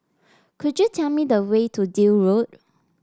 could you tell me the way to Deal Road